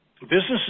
businesses